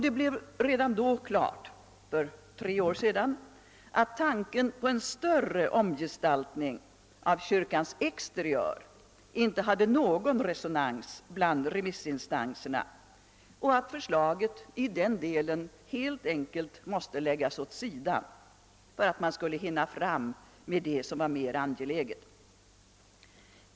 Det stod redan då klart, för tre år sedan, att tanken på en större omgestaltning av kyrkans exterör inte hade någon resonans bland remissinstanserna och att förslaget i den delen helt enkelt måste läggas åt sidan till förmån för det som var mer angeläget.